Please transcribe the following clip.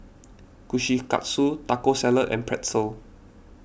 Kushikatsu Taco Salad and Pretzel